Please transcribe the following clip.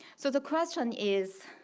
so the question is,